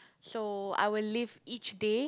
so I will live each day